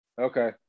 okay